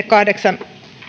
kahdeksan